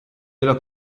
della